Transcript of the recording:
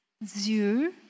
Dieu